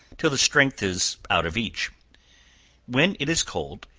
till the strength is out of each when it is cold,